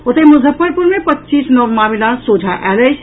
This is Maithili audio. ओतहि मुजफ्फरपुर मे पच्चीस नव मामिला सोझा आयल अछि